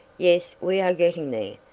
yes, we are getting there.